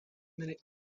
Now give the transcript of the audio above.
minute